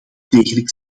degelijk